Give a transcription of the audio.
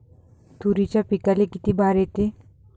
तुरीच्या पिकाले किती बार येते?